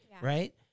right